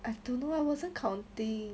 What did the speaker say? I don't know I wasn't counting